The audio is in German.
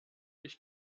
ich